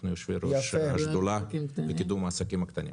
אנחנו יושבי-ראש של השדולה לקידום העסקים הקטנים.